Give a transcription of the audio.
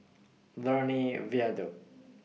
Lornie Viaduct